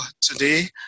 today